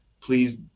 Please